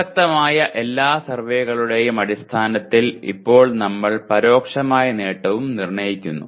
പ്രസക്തമായ എല്ലാ സർവേകളുടെയും അടിസ്ഥാനത്തിൽ ഇപ്പോൾ നമ്മൾ പരോക്ഷമായ നേട്ടവും നിർണ്ണയിക്കുന്നു